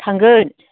थांगोन